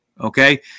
Okay